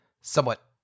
somewhat